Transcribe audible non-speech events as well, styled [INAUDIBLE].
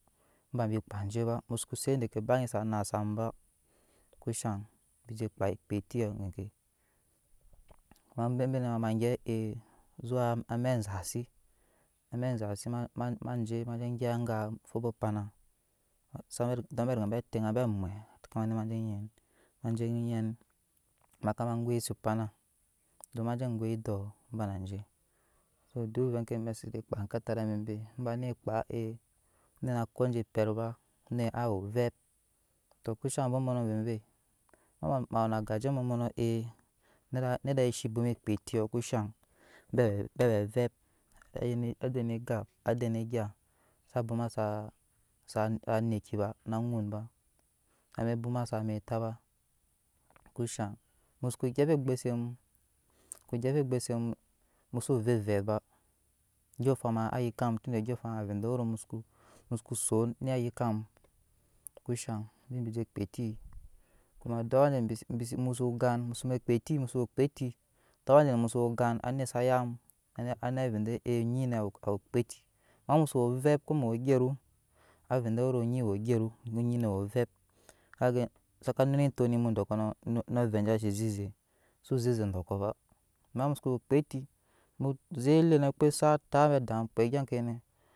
Baa bi kpaa enje ba musko set edeke ba anyi sa naa zam ba ku shaŋ bi je kpaa etiɔ gekec kuma bebe nɛ ma gyɛp e zuwa amɛk ezasi amɛk ezazi je aguɛp anga ma fuba opanai saba regeya bɛɛ teŋa bɛɛ mwe maje yen makaba goiset opana don maje goi edɔɔ ma baa na je so duk egya ma se koaa ekatari voi cvei nɛɛ eba onet kpaa e onet ko aje pet ba onet awe ovep to kushaŋ abɔbɔnɔ avoivei ma ma we na agaje abɔbɔno e nada nada esi bwoma kpaa etiɔ ku shad bɛ bɛ bwoma kpaa etiɔ ku shad be be we avep ayen ne a denne aga aden egya sa bwom saa saa neki na ŋun ba avɛɛ be bwlo ma zaa [UNINTELLIGIBLE] taba kushaŋ mu soko gyɛp pe egbuse mu gyɛp pe gbuse mu mu soo vep evep ba andyɔɔŋ afan vɛɛ ede wero mu soko son eni waa yi ka mu kushaŋ ebi di zee kpaa et kuma awa je bi bisi kpe eti kuma duk awa je mu so gan anet zaka yam anet veɛ ede nyinɛ we okpaa eti ama musoko we ovep ko ogyeru avɛɛ ede ne onyi woo ogyɛru nyinɛ woo ovep ka gan zaka nuna etok ne mu dɔɔ kɔnɔ na avɛɛ aje sa size eze su ze eze gɔɔkɔ ba amaa mu zoko woo apaa etimuzek elenɛ ope suko zat tap abe adam kpee egya kenɛ.